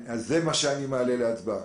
זה מה שאני מעלה להצבעה.